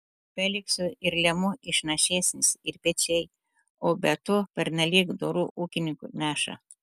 felikso ir liemuo išnašesnis ir pečiai o be to pernelyg doru ūkininku neša